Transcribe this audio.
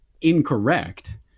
incorrect